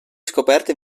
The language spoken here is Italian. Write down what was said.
scoperte